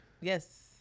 yes